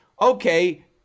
okay